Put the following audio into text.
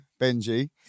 Benji